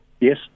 Yes